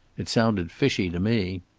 it sounded fishy to me.